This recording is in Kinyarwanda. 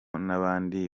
n’abandi